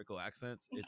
accents